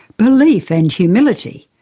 belief and humility,